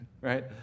right